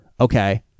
okay